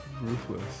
Ruthless